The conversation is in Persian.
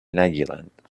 نگیرند